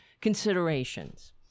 considerations